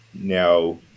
now